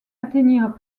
atteignirent